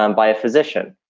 um by a physician.